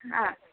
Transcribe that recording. हां